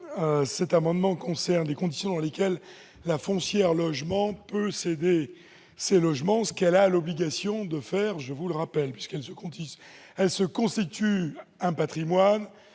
Cet amendement concerne les conditions dans lesquelles l'Association foncière logement, l'AFL, peut céder ses logements, ce qu'elle a l'obligation de faire, je vous le rappelle, puisqu'elle se constitue un patrimoine